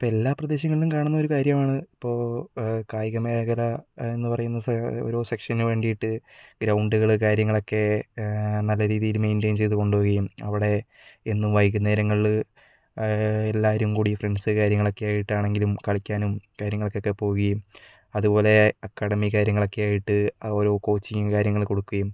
ഇപ്പോൾ എല്ലാ പ്രദേശങ്ങളിലും കാണുന്ന ഒരു കാര്യമാണ് ഇപ്പോൾ കായിക മേഖല എന്ന് പറയുന്ന ഓരോ സെക്ഷനു വേണ്ടിയിട്ട് ഗ്രൗണ്ടുകൾ കാര്യങ്ങളൊക്കെ നല്ല രീതിയിൽ മെയിന്റയിൻ ചെയ്ത് കൊണ്ടുപോവുകയും അവിടെ എന്നും വൈകുന്നേരങ്ങളിൽ എല്ലാവരും കൂടി ഫ്രണ്ട്സ് കാര്യങ്ങളൊക്കെയായിട്ട് ആണെങ്കിലും കളിക്കാനും കാര്യങ്ങൾക്കൊക്കെ പോവുകയും അതുപോലെ അക്കാഡമി കാര്യങ്ങളൊക്കെയായിട്ട് ഓരോ കോച്ചിങ്ങ് കാര്യങ്ങൾ കൊടുക്കുകയും